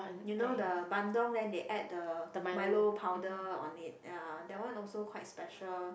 you know the Bandung then they add the Milo powder on it ya that one also quite special